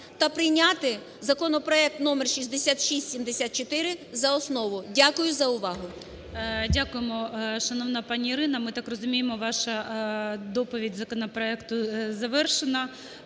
та прийняти законопроект № 6674 за основу. Дякую за увагу. ГОЛОВУЮЧИЙ. Дякуємо, шановна пані Ірина. Ми так розуміємо, ваша доповідь законопроекту завершена